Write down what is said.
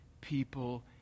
people